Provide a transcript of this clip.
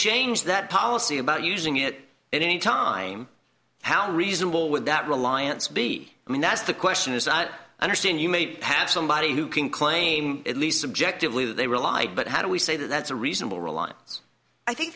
change that policy about using it in any time how reasonable would that reliance be i mean that's the question is i understand you may have somebody who can claim at least subjectively that they relied but how do we say that that's a reasonable reliance i think